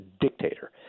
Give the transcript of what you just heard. dictator